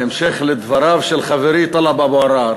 בהמשך לדבריו של חברי טלב אבו עראר,